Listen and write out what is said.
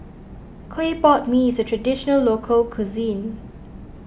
Clay Pot Mee is a Traditional Local Cuisine